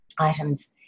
items